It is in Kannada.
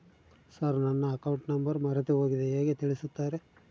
ಸರ್ ನನ್ನ ಅಕೌಂಟ್ ನಂಬರ್ ಮರೆತುಹೋಗಿದೆ ಹೇಗೆ ತಿಳಿಸುತ್ತಾರೆ?